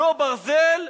לא ברזל,